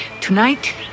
Tonight